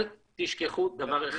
אל תשכחו דבר אחד,